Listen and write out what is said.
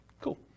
Cool